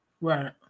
right